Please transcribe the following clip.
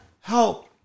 help